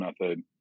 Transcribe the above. method